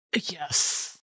yes